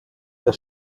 der